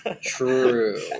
true